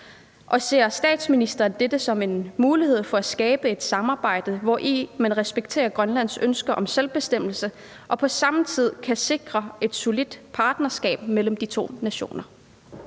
Og ser statsministeren dette som en mulighed for at skabe et samarbejde, hvori man respekterer Grønlands ønske om selvbestemmelse og på samme tid kan sikre et solidt partnerskab mellem de to nationer?